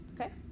Okay